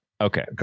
Okay